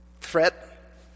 threat